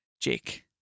Jake